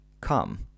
come